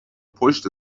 پشت